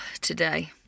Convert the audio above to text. today